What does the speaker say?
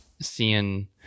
seeing